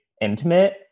intimate